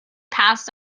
passed